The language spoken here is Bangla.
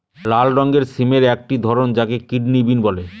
লাল রঙের সিমের একটি ধরন যাকে কিডনি বিন বলে